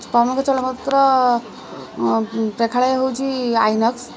ପତ୍ର ପ୍ରେକ୍ଷାଳୟ ହେଉଛି ଆଇନକ୍ସ୍